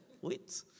wait